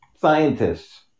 scientists